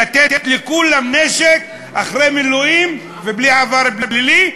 לתת לכולם נשק אחרי מילואים ובלי עבר פלילי,